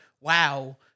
wow